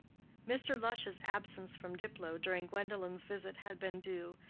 mr. lush's absence from diplow during gwendolen's visit had been due,